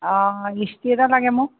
অঁ ইস্ত্ৰী এটা লাগে মোক